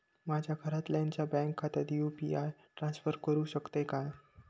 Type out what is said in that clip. माझ्या घरातल्याच्या बँक खात्यात यू.पी.आय ट्रान्स्फर करुक शकतय काय?